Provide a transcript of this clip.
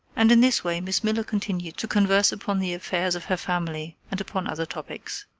and in this way miss miller continued to converse upon the affairs of her family and upon other topics.